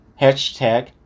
Hashtag